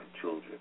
children